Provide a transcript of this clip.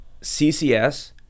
CCS